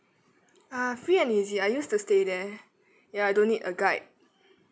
uh free and easy I used to stay there ya I don't need a guide